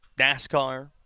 NASCAR